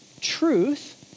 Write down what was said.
truth